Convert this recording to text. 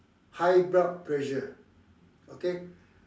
high blood pressure okay